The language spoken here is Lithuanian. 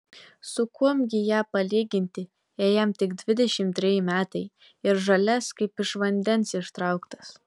su kuom gi ją palyginti jei jam tik dvidešimt treji metai ir žalias kaip iš vandens ištrauktas